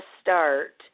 start